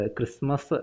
Christmas